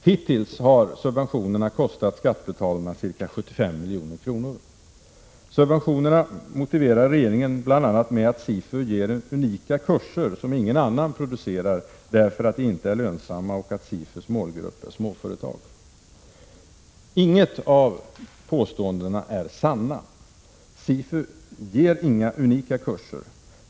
Hittills har subventionerna kostat skattebetalarna ca 75 milj.kr. Subventionerna motiverar regeringen bl.a. med att SIFU ger unika kurser, som ingen annan producerar därför att de inte är lönsamma, samt med att SIFU:s målgrupp är småföretag. Inget av påståendena är sanna. SIFU ger inga unika kurser.